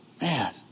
Man